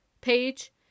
Page